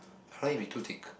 I like it to be too thick